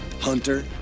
Hunter